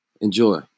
Enjoy